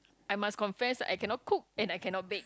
I must confess I cannot cook and I cannot bake